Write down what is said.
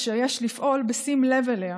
אשר יש לפעול בשים לב אליה